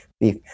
beef